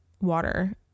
water